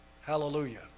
Hallelujah